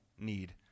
need